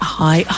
hi